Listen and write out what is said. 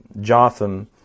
Jotham